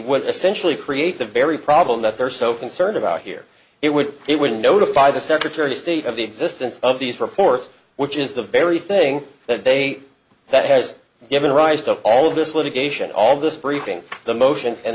would essentially create the very problem that they're so concerned about here it would it would notify the secretary of state of the existence of these reports which is the very thing that they that has given rise to all this litigation all this briefing the motions and